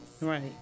Right